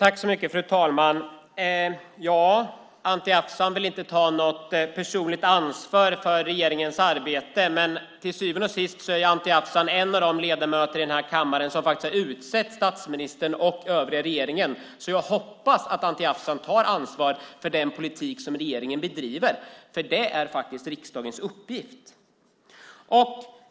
Fru talman! Anti Avsan vill inte ta något personligt ansvar för regeringens arbete, men till syvende och sist är Anti Avsan en av de ledamöter i denna kammare som utsett statsministern och den övriga regeringen. Jag hoppas därför att Anti Avsan tar ansvar för den politik som regeringen bedriver, för det är ju riksdagens uppgift.